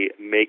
make